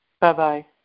Bye-bye